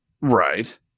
Right